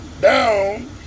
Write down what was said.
down